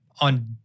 on